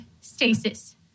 stasis